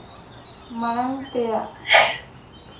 ᱢᱟᱲᱟᱝ ᱛᱮᱭᱟᱜ